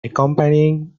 accompanying